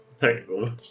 Technical